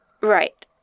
right